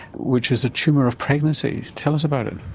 which is a tumour of pregnancy. tell us about it.